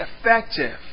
effective